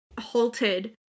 halted